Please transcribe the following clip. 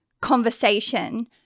conversation